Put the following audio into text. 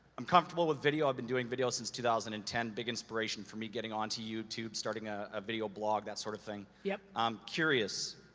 i'm comfortable with video, i've been doing video since two thousand and ten, big inspiration for me getting on to youtube, starting a ah video blog, that sort of thing. yep. i'm curious,